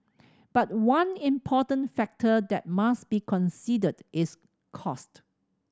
but one important factor that must be considered is cost